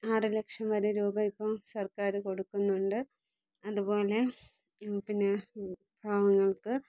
അര ലക്ഷം വരെ രൂപ ഇപ്പോൾ സർക്കാർ കൊടുക്കുന്നുണ്ട് അതുപോലെ പിന്നെ പാവങ്ങൾക്ക്